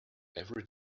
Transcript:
every